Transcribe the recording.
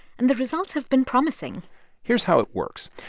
and the results have been promising here's how it works.